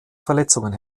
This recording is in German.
verletzungen